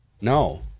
No